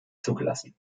zugelassen